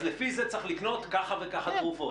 אז לפי זה צריך לקנות ככה וככה תרופות,